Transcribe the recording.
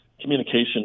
communication